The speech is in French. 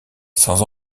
sans